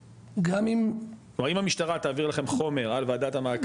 כלומר, אם המשטרה תעביר לכם חומר על ועדת המעקב?